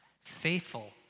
Faithful